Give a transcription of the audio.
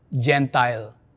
Gentile